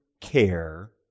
care